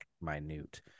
minute